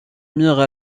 mirent